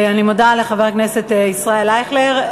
אני מודה לחבר הכנסת ישראל אייכלר.